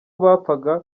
bapfaga